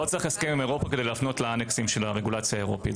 לא צריך הסכם עם אירופה כדי להפנות לאנקסים של הרגולציה האירופית.